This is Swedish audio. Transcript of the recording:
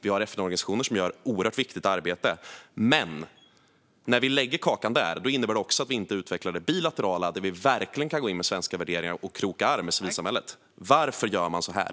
Vi har FN-organisationer som gör ett oerhört viktigt arbete. Men när vi lägger kakan där innebär det också att vi inte utvecklar det bilaterala, där vi verkligen kan gå in med svenska värderingar och kroka arm med civilsamhället. Varför gör man så här?